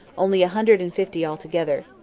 only a hundred and fifty altogether.